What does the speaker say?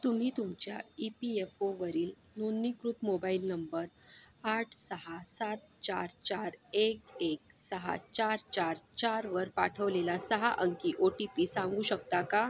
तुम्ही तुमच्या E P F ओवरील नोंदणीकृत मोबाईल नंबर आठ सहा सात चार चार एक एक सहा चार चार चारवर पाठवलेला सहा अंकी ओ टी पी सांगू शकता का